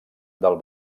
del